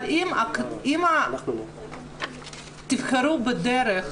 אבל אם תבחרו בדרך